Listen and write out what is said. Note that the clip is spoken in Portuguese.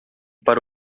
para